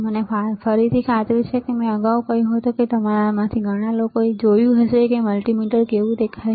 મને ફરીથી ખાતરી છે કે મેં અગાઉ કહ્યું હતું કે તમારામાંથી ઘણા લોકોએ જોયું છે કે મલ્ટિમીટર કેવું દેખાય છે